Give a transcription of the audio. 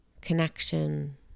connection